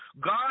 God